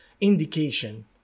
indication